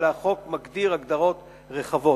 אלא החוק מגדיר הגדרות רחבות.